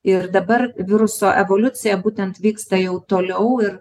ir dabar viruso evoliucija būtent vyksta jau toliau ir